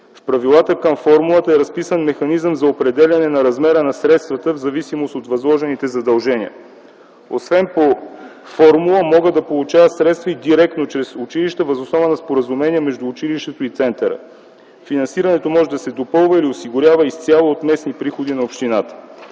В правилата към формулата е разписан механизъм за определяне размера на средствата в зависимост от възложените задължения. Освен по формула те могат да получават средства и директно чрез училища въз основа на споразумения между училището и центъра. Финансирането може да се допълва или осигурява изцяло от местни приходи на общината.